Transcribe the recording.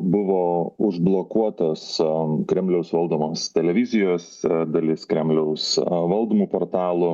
buvo užblokuotas kremliaus valdomos televizijos dalis kremliaus valdomų portalų a